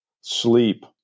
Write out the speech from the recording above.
sleep